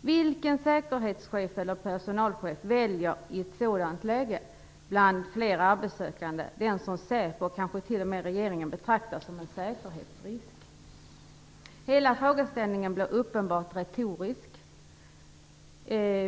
Vilken säkerhetschef eller personalchef väljer i ett sådant läge bland flera arbetssökande den som Säpo och kanske t.o.m. regeringen betraktar som en säkerhetsrisk? Hela frågeställningen blir uppenbart retorisk.